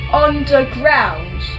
underground